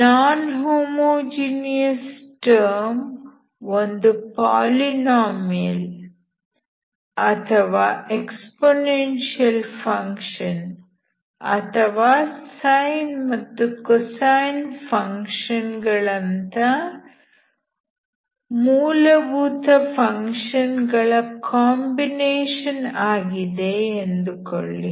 ನಾನ್ homogeneous term ಒಂದು polynomial exponential function ಅಥವಾ sine ಮತ್ತು cosine ಫಂಕ್ಷನ್ ಗಳಂತ ಮೂಲಭೂತ ಫಂಕ್ಷನ್ ಗಳ ಕಾಂಬಿನೇಷನ್ ಆಗಿದೆ ಎಂದುಕೊಳ್ಳಿ